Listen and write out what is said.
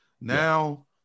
Now